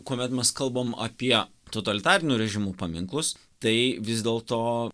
kuomet mes kalbam apie totalitarinių režimų paminklus tai vis dėlto